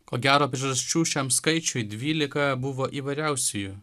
ko gero priežasčių šiam skaičiui dvylika buvo įvairiausiųjų